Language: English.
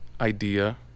idea